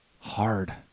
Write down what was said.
hard